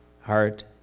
heart